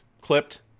clipped